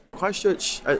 Christchurch